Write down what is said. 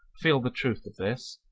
feel the truth of this,